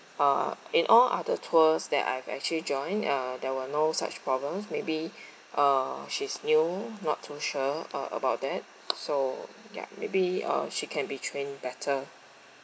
uh all other tours that I've actually joined uh there were no such problems maybe uh she's new not too sure uh about that so ya maybe uh she can be trained better